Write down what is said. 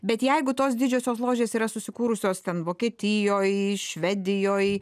bet jeigu tos didžiosios ložės yra susikūrusios ten vokietijoj švedijoj